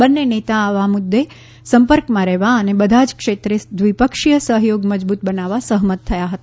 બંન્ને નેતા આવી મુદ્દે સંપર્કમાં રહેવા અને બધા જ ક્ષેત્રે દ્વિપક્ષીય સહયોગ મજબૂત બનાવવા સહમત થયા હતા